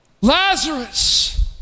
Lazarus